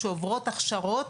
שעוברות הכשרות,